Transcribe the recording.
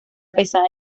pesada